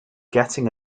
getting